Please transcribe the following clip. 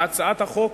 להצעת החוק